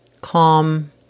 calm